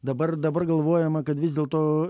dabar dabar galvojama kad vis dėlto